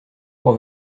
pour